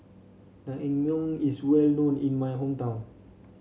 naengmyeon is well known in my hometown